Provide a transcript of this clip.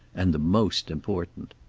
and the most important.